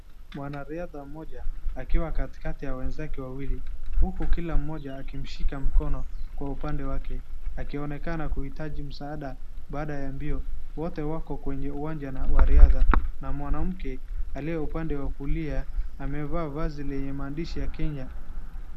Mwanariadha mmoja akiwa katikati ya wenzake wawili huku kila mmoja akimshika mkono kwa upande wake. Akionekana kuhitaji msaada baada ya mbio. Wote wako kwenye uwanja wa riadha na mwanamke aliye pande ya kulia amevaa vazi lenye maandishi ya Kenya.